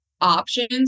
options